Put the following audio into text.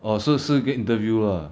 orh so 是一个 interview lah